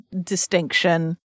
distinction